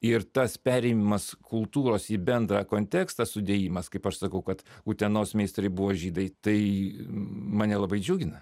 ir tas perėjimas kultūros į bendrą kontekstą sudėjimas kaip aš sakau kad utenos meistrai buvo žydai tai mane labai džiugina